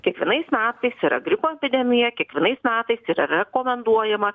kiekvienais metais yra gripo epidemija kiekvienais metais yra rekomenduojama